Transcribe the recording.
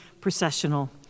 processional